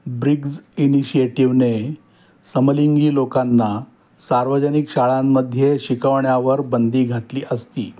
Briggs इनिशिएटिवने समलिंगी लोकांना सार्वजनिक शाळांमध्ये शिकवण्यावर बंदी घातली असती